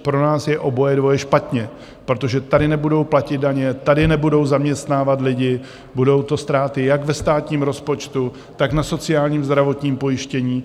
Pro nás je oboje dvoje špatně, protože tady nebudou platit daně, tady nebudou zaměstnávat lidi, budou to ztráty jak ve státním rozpočtu, tak na sociálním a zdravotním pojištění.